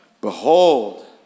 Behold